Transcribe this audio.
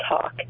talk